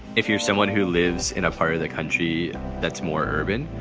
if you're someone who lives in a part of the country that's more urban.